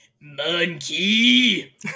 Monkey